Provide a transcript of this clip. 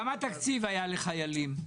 כמה תקציב היה לחיילים?